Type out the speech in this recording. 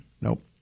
Nope